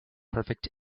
perfect